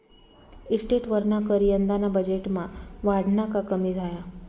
इस्टेटवरना कर यंदाना बजेटमा वाढना का कमी झाया?